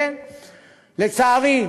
לצערי,